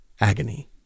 agony